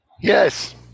Yes